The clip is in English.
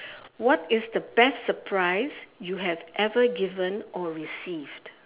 what is the best surprise you have ever given or received